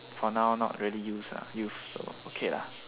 for now not really use lah use so okay lah